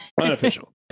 Unofficial